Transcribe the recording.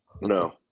No